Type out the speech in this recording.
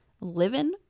living